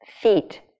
feet